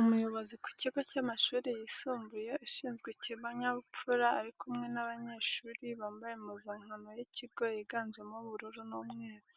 Umuyobozi ku kigo cy'amashuri yisumbuye ushinzwe ikinyabupfura ari kumwe n'abanyeshuri, bambaye impuzankano y'ikigo yiganjemo ubururu n'umweru.